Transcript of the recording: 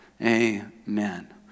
Amen